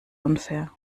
unfair